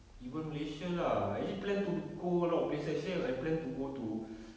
even malaysia lah I actually plan to go a lot of places actually I plan to go to